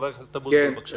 חבר הכנסת אבוטבול, בבקשה.